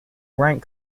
rank